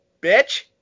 bitch